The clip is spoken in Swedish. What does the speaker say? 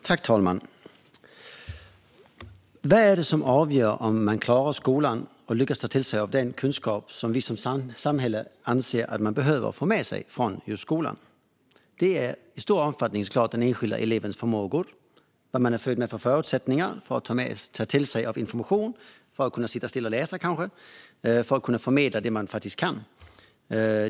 Fru talman! Vad är det som avgör om man klarar skolan och lyckas ta till sig av den kunskap som samhället anser att man behöver få med sig? Det är i stor omfattning såklart den enskilda elevens förmågor, vilka förutsättningar för att ta till sig information som eleven har fötts med, till exempel elevens förmåga att sitta still och läsa eller att förmedla det man faktiskt kan.